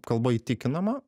kalba įtikinama